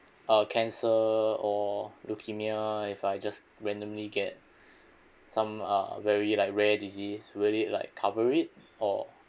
uh cancer or leukemia if I just randomly get some uh very like rare disease will it like cover it or